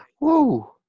Woo